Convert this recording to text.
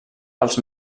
pels